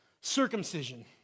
circumcision